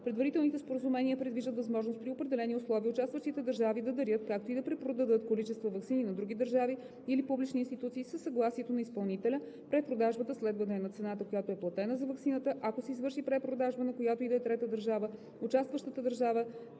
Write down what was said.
Предварителните споразумения предвиждат възможност при определени условия участващите държави да дарят, както и да препродадат количества ваксини на други държави или публични институции със съгласието на изпълнителя. Препродажбата следва да е на цената, която е платена за ваксината. Ако се извърши препродажба, на която и да е трета държава, участващата държава,